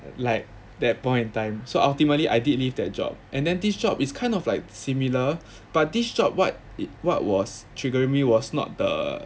like that point in time so ultimately I did leave that job and then this job is kind of like similar but this job what it what was triggering me was not the